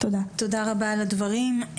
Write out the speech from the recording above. תודה רבה על הדברים.